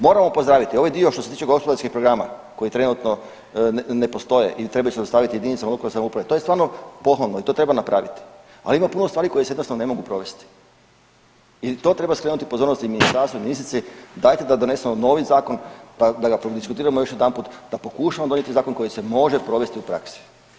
Moramo pozdraviti ovaj dio što se tiče gospodarskih programa koji trenutno ne postoje ili trebaju se dostaviti JLS, to je stvarno pohvalno i to treba napraviti, ali ima puno stvari koje se jednostavno ne mogu provesti i to treba skrenuti pozornost i ministarstvu i ministrici dajte da donesemo novi zakon da, da ga prodiskutiramo još jedanput, da pokušamo donijeti zakon koji se može provesti u praksi.